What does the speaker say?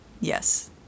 Yes